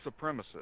supremacist